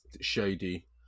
shady